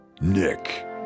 Nick